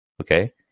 Okay